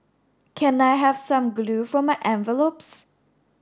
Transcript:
can I have some glue for my envelopes